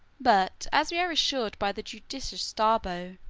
but, as we are assured by the judicious strabo,